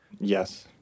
Yes